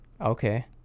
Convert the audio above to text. okay